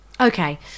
Okay